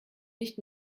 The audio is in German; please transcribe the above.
nicht